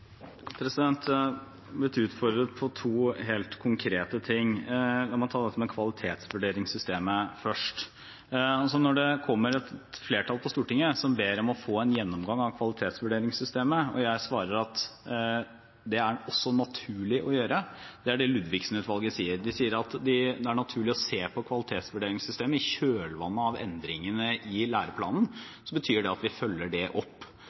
et flertall på Stortinget som ber om å få en gjennomgang av kvalitetsvurderingssystemet, og jeg svarer at det er det også naturlig å gjøre – Ludvigsen-utvalget sier at det er naturlig å se på kvalitetsvurderingssystemet i kjølvannet av endringene i læreplanen – betyr det at vi følger det opp.